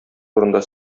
турында